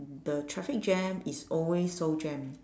the traffic jam is always so jam